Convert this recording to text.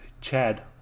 Chad